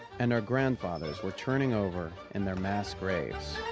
and our grandfathers were turning over in their mass graves.